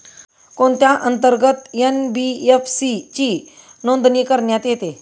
कोणत्या अंतर्गत एन.बी.एफ.सी ची नोंदणी करण्यात येते?